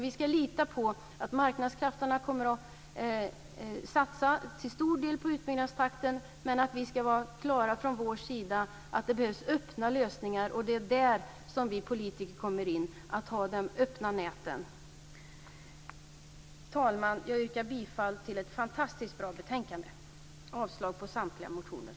Vi ska lita på att marknadskrafterna till stor del kommer att satsa på utbyggnadstakten, men från vår sida ska vi vara klara över att det behövs öppna lösningar. Det är där som vi politiker kommer in, när det gäller att ha öppna nät. Fru talman! Jag yrkar bifall till hemställan i ett fantastiskt bra betänkande och avslag på samtliga reservationer.